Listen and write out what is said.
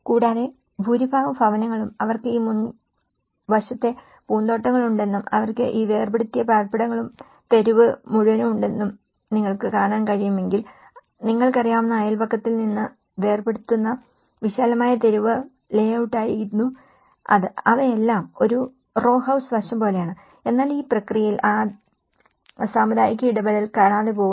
കൂടാതെ ഭൂരിഭാഗം ഭവനങ്ങളും അവർക്ക് ഈ മുൻവശത്തെ പൂന്തോട്ടങ്ങളുണ്ടെന്നും അവർക്ക് ഈ വേർപെടുത്തിയ പാർപ്പിടങ്ങളും തെരുവ് മുഴുവൻ ഉണ്ടെന്നും നിങ്ങൾക്ക് കാണാൻ കഴിയുമെങ്കിൽ നിങ്ങൾക്കറിയാവുന്ന അയൽപക്കത്തിൽ നിന്ന് വേർപെടുത്തുന്ന വിശാലമായ തെരുവ് ലേഔട്ടുകളായിരുന്നു അത് അവയെല്ലാം ഒരു റോ ഹൌസ് വശം പോലെയാണ് എന്നാൽ ഈ പ്രക്രിയയിൽ ആ സാമുദായിക ഇടപെടൽ കാണാതെ പോകുന്നു